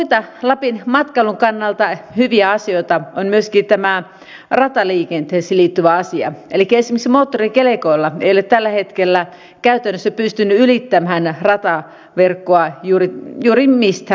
muita lapin matkailun kannalta hyviä asioita on myöskin tämä rataliikenteeseen liittyvä asia elikkä esimerkiksi moottorikelkoilla ei ole tällä hetkellä käytännössä pystynyt ylittämään rataverkkoa juuri mistään paikasta